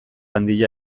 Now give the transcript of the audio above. handia